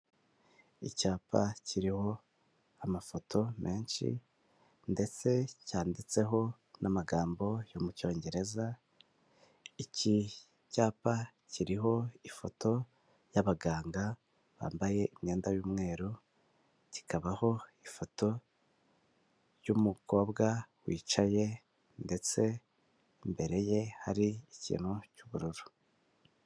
Icyapa kiriho amafoto menshi, ndetse cyanditseho n'amagambo yo mu cyongereza, iki cyapa kiriho ifoto y'abaganga bambaye imyenda y'umweru, kikabaho ifoto y'umukobwa wicaye, ndetse imbere ye hari ikintu cy'ubururu.